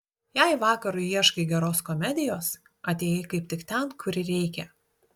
jei vakarui ieškai geros komedijos atėjai kaip tik ten kur reikia